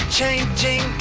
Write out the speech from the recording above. changing